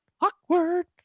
awkward